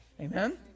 Amen